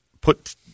put